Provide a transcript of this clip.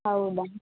ಹೌದಾ